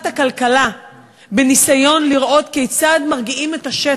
הכלכלה בניסיון לראות כיצד מרגיעים את השטח,